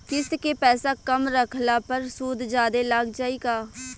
किश्त के पैसा कम रखला पर सूद जादे लाग जायी का?